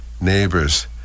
neighbors